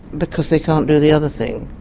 because they can't do the other thing.